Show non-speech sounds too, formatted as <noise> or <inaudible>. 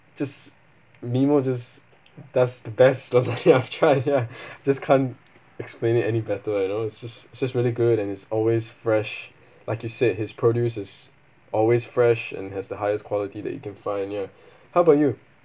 just mimo just does the best lasagna <laughs> I've tried ya just can't explain it any better lah you know it just it's just really good and it's always fresh like you said his produce is always fresh and has the highest quality that you can find ya <breath> how about you